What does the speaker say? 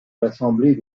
l’assemblée